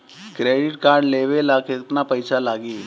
Credit card लेवे ला केतना पइसा लागी?